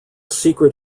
secret